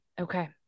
Okay